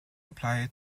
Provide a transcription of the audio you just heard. apply